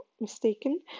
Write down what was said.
mistaken